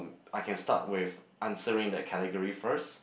I can start with answering that category first